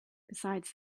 besides